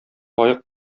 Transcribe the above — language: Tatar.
лаек